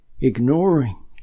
ignoring